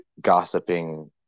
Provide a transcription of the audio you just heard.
gossiping